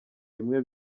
bimwe